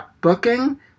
booking